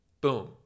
boom